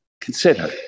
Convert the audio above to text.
consider